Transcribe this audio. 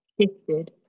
shifted